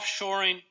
offshoring